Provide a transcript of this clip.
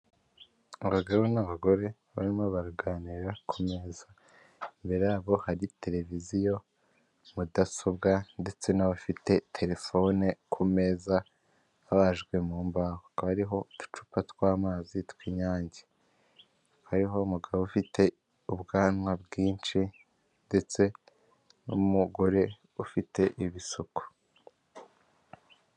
Abagabo n'abagore barimo baraganira ku meza imbere yabo hari televiziyo, mudasobwa ndetse n'abafite terefone ku meza abajwe mu mbaho hariho uducupa tw'amazi tw'inyange hariho umugabo ufite ubwanwa bwinshi ndetse n'umugore ufite ibisuku.